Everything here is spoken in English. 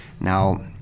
Now